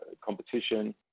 competition